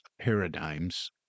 paradigms